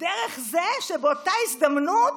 דרך זה שבאותה הזדמנות